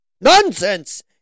Nonsense